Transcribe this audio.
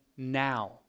now